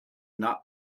not